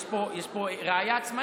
אז יש פה ראיה עצמאית,